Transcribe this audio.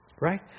Right